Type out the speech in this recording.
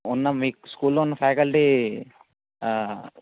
ఉన్న మీ స్కూల్లో ఉన్న ఫాకల్టీ